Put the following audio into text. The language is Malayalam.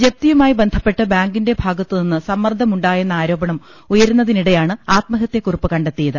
ജപ്തിയുമായി ബന്ധപ്പെട്ട് ബാങ്കിന്റെ ഭാഗത്തുനിന്ന് സമ്മർദ്ദമുണ്ടായെന്ന ആരോപണം ഉയ രുന്നതിനിടെയാണ് ആത്മഹത്യാക്കുറിപ്പ് കണ്ടെത്തിയത്